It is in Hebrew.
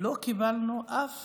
לא קיבלנו אף